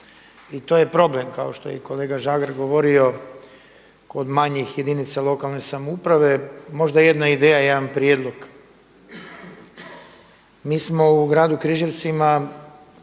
I to je problem kao što je i kolega Žagar govorio kod manjih jedinica lokalne samouprave. Možda jedna ideja, jedan prijedlog, mi smo u gradu Križevcima